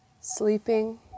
sleeping